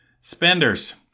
Spenders